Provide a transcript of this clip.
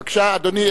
בבקשה, אדוני.